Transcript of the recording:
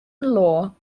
law